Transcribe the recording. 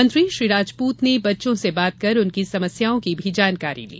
मंत्री श्री राजपूत ने बच्चों से बात कर उनकी समस्याओं की भी जानकारी ली